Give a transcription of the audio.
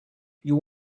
you